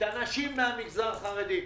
את הנשים מהמגזר החרדי,